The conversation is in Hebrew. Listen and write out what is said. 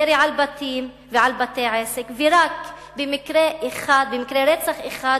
ירי על בתים ועל בתי-עסק, ורק במקרה רצח אחד